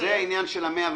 זה העניין של ה-100 וה-200,